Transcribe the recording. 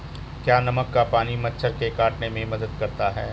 क्या नमक का पानी मच्छर के काटने में मदद करता है?